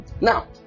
Now